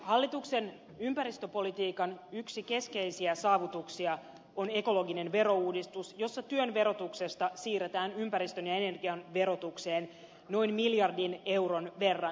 hallituksen ympäristöpolitiikan yksi keskeisiä saavutuksia on ekologinen verouudistus jossa työn verotuksesta siirretään ympäristön ja energian verotukseen noin miljardin euron verran